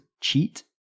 cheat